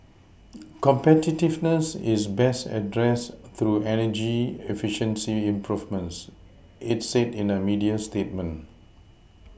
competitiveness is best addressed through energy efficiency improvements it said in a media statement